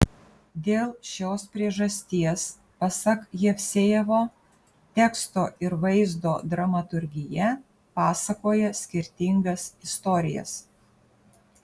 dėl šios priežasties pasak jevsejevo teksto ir vaizdo dramaturgija pasakoja skirtingas istorijas